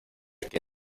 que